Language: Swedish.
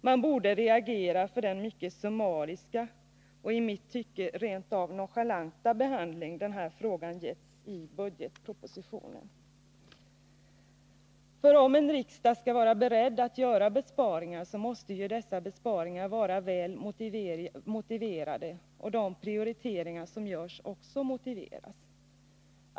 Man borde reagera för den mycket summariska och i mitt tycke rent av nonchalanta behandling som den här frågan har getts i budgetpropositionen. Om en riksdag skall vara beredd att göra besparingar måste ju dessa besparingar vara väl motiverade och även de prioriteringar som görs motiveras.